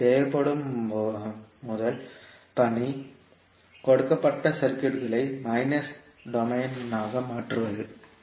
எனவே தேவைப்படும் முதல் பணி கொடுக்கப்பட்ட சர்க்யூட்களை மைனஸ் டொமைன் மாற்றுவது